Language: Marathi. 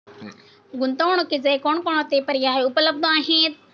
गुंतवणुकीचे कोणकोणते पर्याय उपलब्ध आहेत?